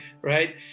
right